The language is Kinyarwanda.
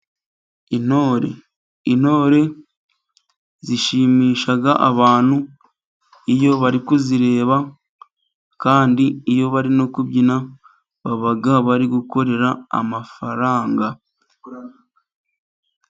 Intore, intore zishimisha abantu iyo bari kuzireba, kandi iyo bari no kubyina baba bari gukorera amafaranga.